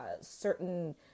certain